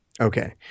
Okay